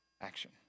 action